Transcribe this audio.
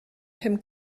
pum